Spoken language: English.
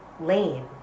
lane